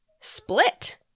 split